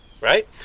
right